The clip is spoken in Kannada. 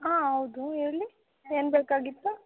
ಹಾಂ ಹೌದು ಹೇಳಿ ಏನು ಬೇಕಾಗಿತ್ತು